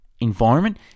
environment